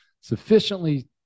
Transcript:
sufficiently